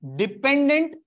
dependent